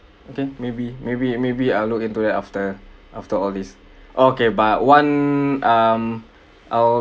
okay maybe maybe maybe I'll look into it after after all this okay but one um I'll